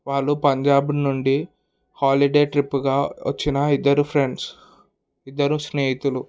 వాళ్ళు పంజాబ్ నుండి హాలిడే ట్రిప్గా వచ్చినా ఇద్దరు ఫ్రెండ్స్ ఇద్దరు స్నేహితులు